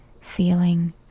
feeling